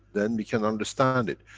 then we can understand it.